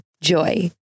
Joy